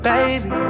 Baby